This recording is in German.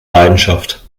leidenschaft